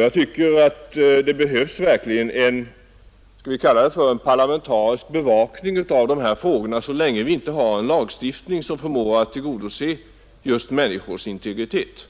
Jag tycker att det verkligen behövs en parlamentarisk bevakning av dessa frågor, så länge vi inte har en lagstiftning som förmår tillgodose just människors integritet.